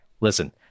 Listen